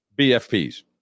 BFPs